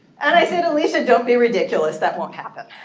and i said, alicia, don't be ridiculous. that won't happen.